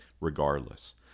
regardless